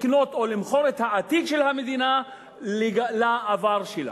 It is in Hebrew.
לקנות או למכור את העתיד של המדינה לעבר שלה.